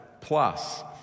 plus